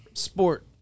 sport